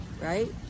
Right